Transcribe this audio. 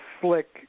slick